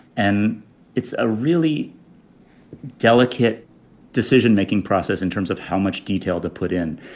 and it's a really delicate decision making process in terms of how much detail to put in.